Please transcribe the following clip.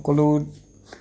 সকলো